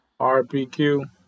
RPQ